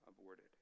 aborted